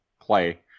play